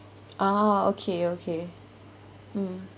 ah okay okay mm